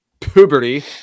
puberty